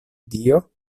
dio